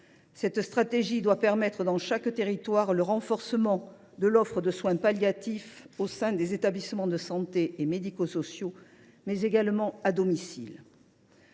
Cette stratégie doit permettre dans chaque territoire le renforcement de l’offre de soins palliatifs au sein des établissements de santé et médico sociaux, mais également à domicile.